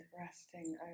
resting